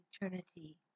eternity